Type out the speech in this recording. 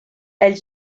elle